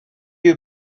you